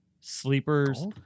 Sleepers